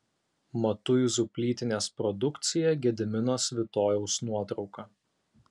matuizų plytinės produkcija gedimino svitojaus nuotrauka